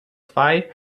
zwei